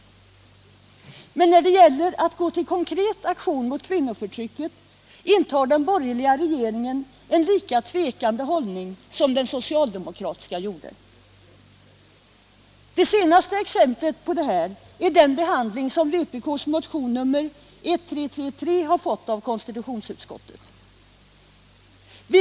Men när det gäller att gå till konkret aktion mot kvinnoförtrycket intar den borgerliga regeringen en lika tvekande hållning som den socialdemokratiska gjorde. Det senaste exemplet på detta är den behandling som vpk:s motion 1333 har fått av konstitutionsutskottet.